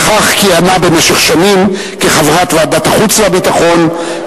וכך כיהנה במשך שנים כחברת ועדת החוץ והביטחון,